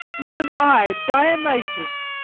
even i, dionysus,